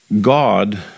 God